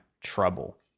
trouble